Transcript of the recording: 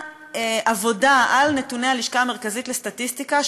עבודה על נתוני הלשכה המרכזית לסטטיסטיקה,